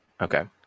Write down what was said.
Okay